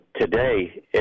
today